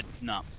No